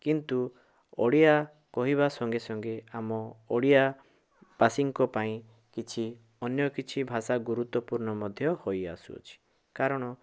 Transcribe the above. କିନ୍ତୁ ଓଡ଼ିଆ କହିବା ସଙ୍ଗେ ସଙ୍ଗେ ଆମ ଓଡ଼ିଆ ବାସୀଙ୍କ ପାଇଁ କିଛି ଅନ୍ୟକିଛି ଭଷା ଗୁରୁତ୍ୱପୂର୍ଣ୍ଣ ମଧ୍ୟ ହୋଇ ଆସୁଅଛି କାରଣ